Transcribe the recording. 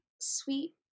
sweet